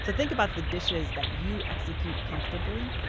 so think about the dishes that you execute comfortably,